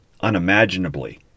unimaginably